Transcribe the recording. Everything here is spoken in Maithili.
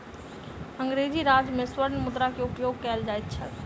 अंग्रेजी राज में स्वर्ण मुद्रा के उपयोग कयल जाइत छल